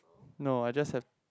no I just have